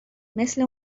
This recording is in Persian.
مثل